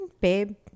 Babe